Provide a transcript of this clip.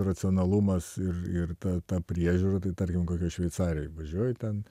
racionalumas ir ir ta ta priežiūra tai tarkim kokioj šveicarijoje važiuoju ten